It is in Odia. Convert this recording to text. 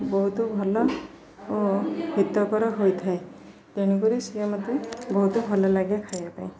ବହୁତ ଭଲ ଓ ହିତକର ହୋଇଥାଏ ତେଣୁ କରି ସିଏ ମୋତେ ବହୁତ ଭଲ ଲାଗେ ଖାଇବା ପାଇଁ